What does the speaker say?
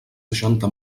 seixanta